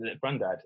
granddad